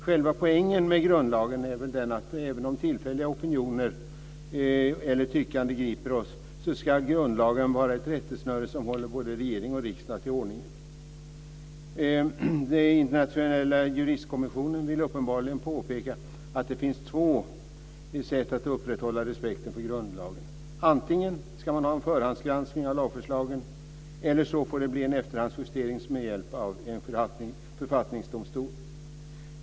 Själva poängen är väl den att grundlagen ska vara ett rättesnöre som håller både regering och riksdag till ordningen även om tillfälliga opinioner eller tyckanden griper oss. Den internationella juristkommissionen vill uppenbarligen påpeka att det finns två sätt att upprätthålla respekten för grundlagen. Antingen ska man ha en förhandsgranskning av lagförslagen, eller så får det bli en efterhandsjustering med hjälp av en författningsdomstol.